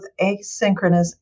asynchronous